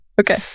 Okay